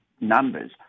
numbers